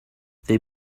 they